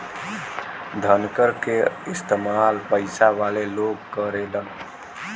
धनकर क इस्तेमाल पइसा वाले लोग करेलन